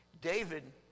David